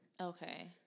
Okay